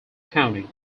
county